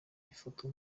bifatwa